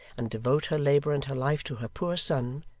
and devote her labour and her life to her poor son,